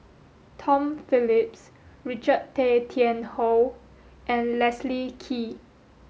Tom Phillips Richard Tay Tian Hoe and Leslie Kee